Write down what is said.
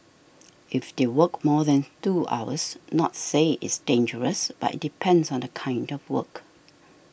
if they work more than two hours not say it's dangerous but it depends on the kind of work